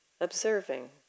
observing